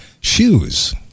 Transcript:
shoes